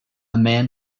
man